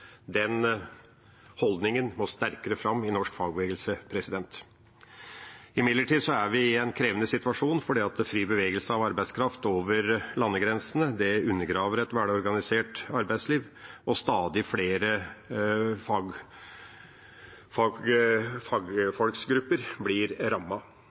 Den holdningen må sterkere fram i norsk fagbevegelse. Imidlertid er vi i en krevende situasjon fordi fri bevegelse av arbeidskraft over landegrensene undergraver et velorganisert arbeidsliv, og stadig flere fagfolksgrupper blir